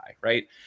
right